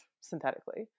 synthetically